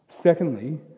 Secondly